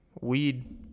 weed